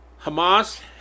Hamas